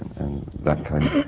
and that kind